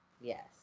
yes